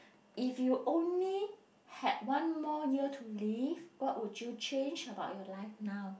if you only had one more year to live what would you change about your life now